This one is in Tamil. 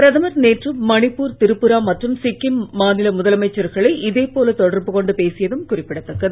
பிரதமர் நேற்று மணிப்பூர் திரிபுரா மற்றும் சிக்கிம் மாநில முதலமைச்சர்களை இதே போல தொடர்புக் கொண்டு பேசியதும் குறிப்பிடத்தக்கது